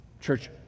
Church